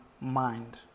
mind